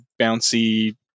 bouncy